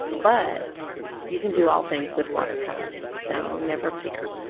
but you can do all things with watercolor so never fear